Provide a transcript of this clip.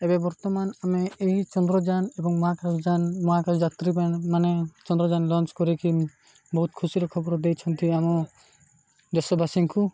ଏବେ ବର୍ତ୍ତମାନ ଆମେ ଏହି ଚନ୍ଦ୍ରଯାନ ଏବଂ ମହାକାଶଯାନ ମହାକାଶ ଯାତ୍ରୀ ପାଇଁ ମାନେ ଚନ୍ଦ୍ରଯାନ ଲଞ୍ଚ କରିକି ବହୁତ ଖୁସିର ଖବର ଦେଇଛନ୍ତି ଆମ ଦେଶବାସୀଙ୍କୁ